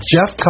Jeff